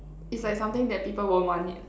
is like something that people won't want it